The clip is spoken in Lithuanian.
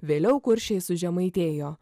vėliau kuršiai sužemaitėjo